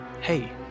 hey